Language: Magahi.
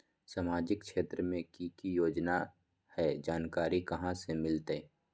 सामाजिक क्षेत्र मे कि की योजना है जानकारी कहाँ से मिलतै?